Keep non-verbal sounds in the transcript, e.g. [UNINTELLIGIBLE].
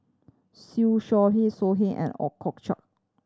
Siew Shaw [UNINTELLIGIBLE] So Heng and Ooi Kok Chuen